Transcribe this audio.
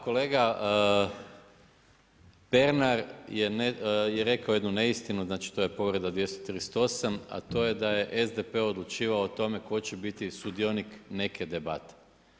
Kolega Pernar je rekao jednu neistinu, znači to je povreda 238., a to je da je SDP-e odlučivao o tome tko će biti sudionik neke debate.